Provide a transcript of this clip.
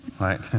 Right